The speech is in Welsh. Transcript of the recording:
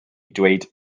dweud